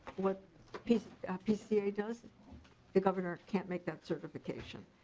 what pca ah pca does the governor can't make that certification.